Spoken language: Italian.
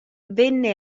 venne